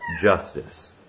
justice